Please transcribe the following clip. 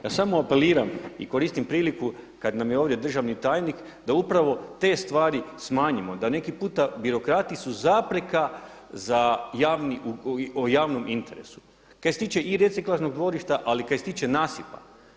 Ja sam apeliram i koristim priliku kada nam je ovdje državni tajnik da upravo te stvari smanjimo, da neki puta birokrati su zapreka o javnom interesu, kaj se tiče i reciklažnog dvorišta, ali kaj se tiče nasipa.